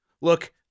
Look